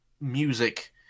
music